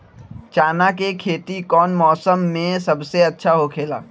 चाना के खेती कौन मौसम में सबसे अच्छा होखेला?